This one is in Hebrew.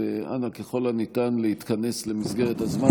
אנא, ככל הניתן, להתכנס למסגרת הזמן.